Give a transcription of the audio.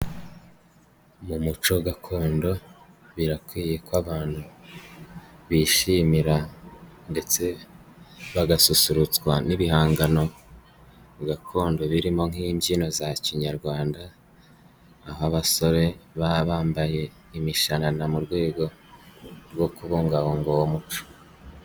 Mu muco gakondo birakwiye ko abantu bishimira ndetse bagasusurutswa n'ibihangano gakondo, birimo nk'imbyino za kinyarwanda, aho abasore baba bambaye imishanana mu rwego rwo kubungabunga uwo umuco.